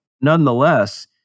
nonetheless